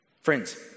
Friends